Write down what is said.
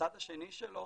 והצד השני שלו,